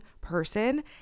person